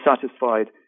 satisfied